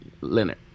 Leonard